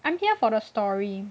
I'm here for the story